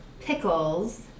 pickles